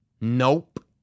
Nope